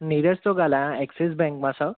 नीरज थो ॻाल्हायां Axis bank मां सर